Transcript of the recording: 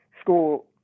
school